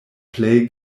plej